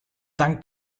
dann